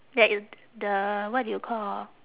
there is the what do you call